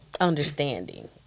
understanding